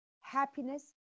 happiness